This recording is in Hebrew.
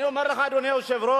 אני אומר לך, אדוני היושב-ראש,